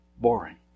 boring